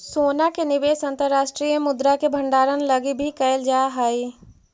सोना के निवेश अंतर्राष्ट्रीय मुद्रा के भंडारण लगी भी कैल जा हई